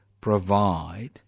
provide